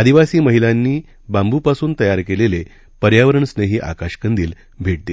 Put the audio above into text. आदिवासी महिलांनी तयार केलेले आणि बांबूपासून तयार केलेले पर्यावरण स्नेही आकाश कंदील भेट दिले